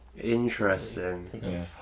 Interesting